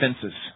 fences